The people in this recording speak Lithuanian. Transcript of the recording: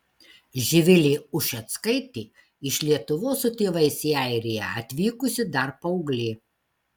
živilė ušeckaitė iš lietuvos su tėvais į airiją atvykusi dar paauglė